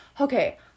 okay